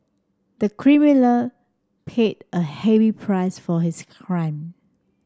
the criminal paid a heavy price for his crime